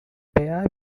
pair